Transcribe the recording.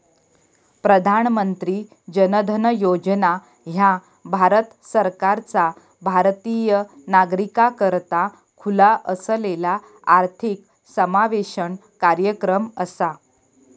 प्रधानमंत्री जन धन योजना ह्या भारत सरकारचा भारतीय नागरिकाकरता खुला असलेला आर्थिक समावेशन कार्यक्रम असा